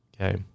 Okay